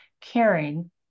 caring